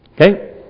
Okay